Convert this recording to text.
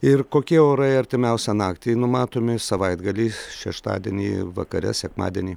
ir kokie orai artimiausią naktį numatomi savaitgalį šeštadienį vakare sekmadienį